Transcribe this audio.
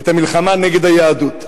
את המלחמה נגד היהדות,